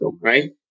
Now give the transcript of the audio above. right